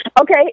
Okay